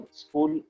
school